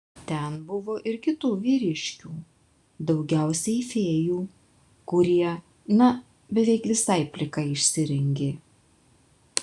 ten buvo ir kitų vyriškių daugiausiai fėjų kurie na beveik visai plikai išsirengė